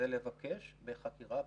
לבקש חקירה פלילית.